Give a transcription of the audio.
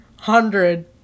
hundred